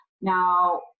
now